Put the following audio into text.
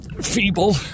feeble